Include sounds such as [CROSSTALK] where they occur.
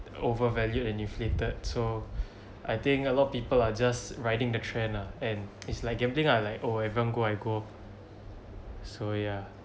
overvalued and inflated so [BREATH] I think a lot of people are just riding the trend lah and it's like gambling ah like oh I haven't go I go so ya